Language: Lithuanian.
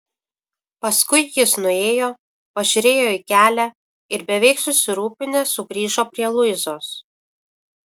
paskui jis nuėjo pažiūrėjo į kelią ir beveik susirūpinęs sugrįžo prie luizos